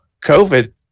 COVID